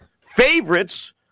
Favorites